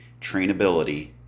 trainability